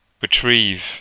retrieve